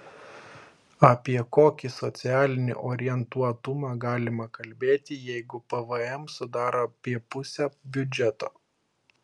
apie kokį socialinį orientuotumą galima kalbėti jeigu pvm sudaro apie pusę biudžeto